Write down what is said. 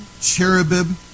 cherubim